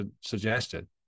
suggested